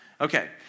Okay